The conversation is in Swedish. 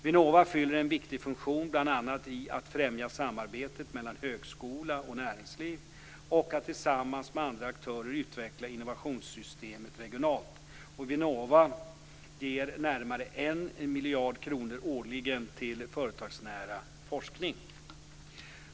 Vinnova fyller en viktig funktion bl.a. för att främja samarbetet mellan högskola och näringsliv och att tillsammans med andra aktörer utveckla innovationssystem regionalt. Vinnova ger närmare 1 miljon kronor årligen till företagsnära forskning.